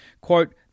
Quote